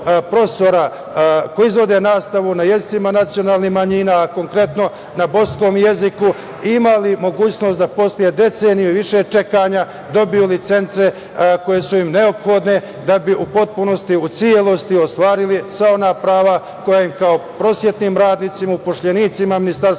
koji izvode nastavu na jezicima nacionalnih manjina, a konkretno na bosanskom jeziku, imali mogućnost da posle deceniju i više čekanja dobiju licence koje su im neophodne da bi u potpunosti, u celosti ostvarili sva ona prava koja im kao prosvetnim radnicima, zaposlenima Ministarstva